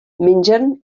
mengen